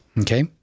Okay